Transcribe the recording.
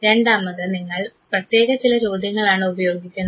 രണ്ടാമത് നിങ്ങൾ പ്രത്യേക ചില ചോദ്യങ്ങളാണ് ഉപയോഗിക്കുന്നത്